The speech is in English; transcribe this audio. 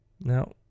Now